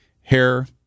Hair